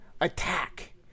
attack